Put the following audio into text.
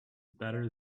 better